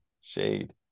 shade